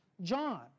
John